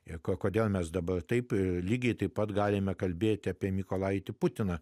ir kodėl mes dabar taip lygiai taip pat galime kalbėti apie mykolaitį putiną